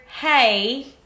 hey